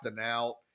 out